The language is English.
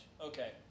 Okay